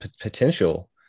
potential